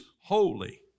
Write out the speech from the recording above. holy